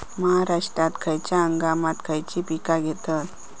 महाराष्ट्रात खयच्या हंगामांत खयची पीका घेतत?